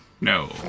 no